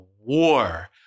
war